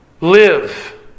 Live